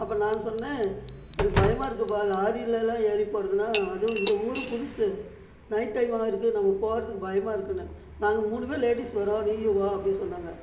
அப்போ நான் சொன்னேன் எனக்கு பயமாக இருக்குது பா லாரியெலலாம் ஏறி போகிறதுனா அதுவும் இந்த ஊர் புதுசு நைட் டைம்மாக இருக்குது நம்ம போகிறதுக்கு பயமாருக்குன நாங்கள் மூணு பேர் லேடீஸ் வரோம் நீயும் வா அப்படின்னு சொன்னாங்க